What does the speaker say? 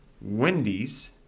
Wendy's